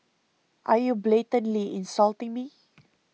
are you blatantly insulting me